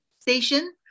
station